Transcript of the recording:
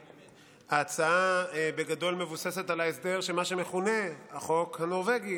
ההצעה בגדול מבוססת על ההסדר של מה שמכונה "החוק הנורבגי",